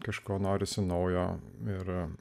kažko norisi naujo nėra